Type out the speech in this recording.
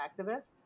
activist